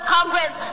Congress